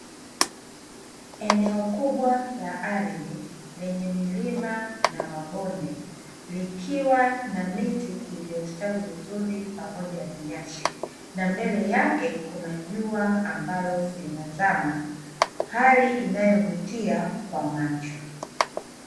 Eneo kubwa la ardhi lenye milima na mabonde likiwa na miti iliyostawi vizuri pamoja na nyasi huku mbele yake kikiwa na jua linalo zama, hali inayo vutia kwa macho.